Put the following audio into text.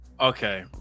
okay